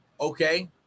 okay